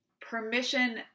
permission